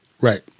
Right